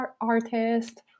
artist